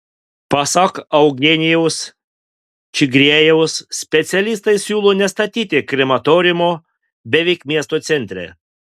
pasak eugenijaus čigriejaus specialistai siūlo nestatyti krematoriumo beveik miesto centre